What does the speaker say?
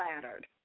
flattered